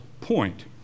point